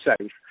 safe